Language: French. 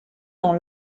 dans